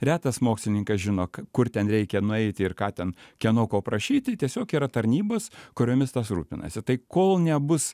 retas mokslininkas žino kur ten reikia nueiti ir ką ten kieno ko prašyti tiesiog yra tarnybos kuriomis tas rūpinasi tai kol nebus